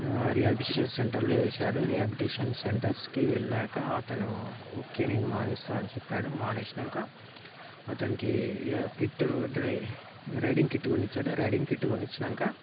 rehabilitation సెంటర్లో వేశాడు rehabilitation సెంటర్స్కి వెళ్ళాక అతను ఓకే నేను మానేస్తాను అని చెప్పాడు మానేసినాక అతనికి కిట్టు రైడింగ్ కిట్టు కొనిచ్చాడు రైడింగ్ కిట్టు కొనిచ్చినాక